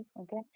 okay